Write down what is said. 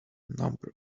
number